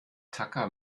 tacker